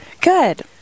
good